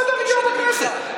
כמו ועדה רגילה בכנסת.